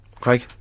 Craig